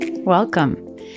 welcome